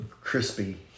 Crispy